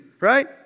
Right